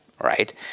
right